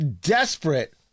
desperate